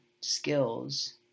skills